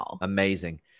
amazing